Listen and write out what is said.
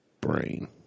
brain